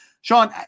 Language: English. Sean